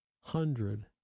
hundred